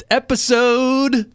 episode